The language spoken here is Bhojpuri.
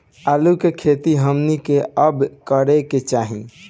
आलू की खेती हमनी के कब करें के चाही?